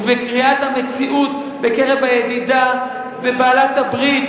ובקריאת המציאות בקרב הידידה ובעלת-הברית